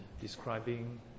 describing